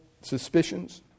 suspicions